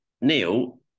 Neil